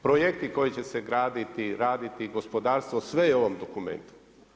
Projekti koji će se graditi, raditi gospodarstvo sve je u ovom dokumentu.